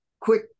Quick